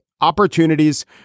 opportunities